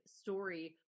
story